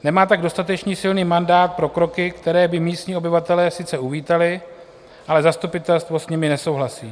Nemá tak dostatečně silný mandát pro kroky, které by místní obyvatelé sice uvítali, ale zastupitelstvo s nimi nesouhlasí.